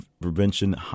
Prevention